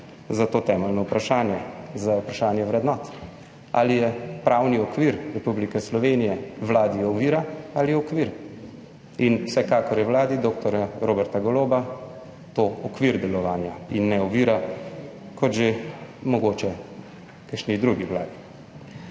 za to temeljno vprašanje, za vprašanje vrednot. Ali je pravni okvir Republike Slovenije Vladi ovira ali okvir? Vsekakor je vladi dr. Roberta Goloba to okvir delovanja in ne ovira, kot že mogoče kakšni drugi vladi.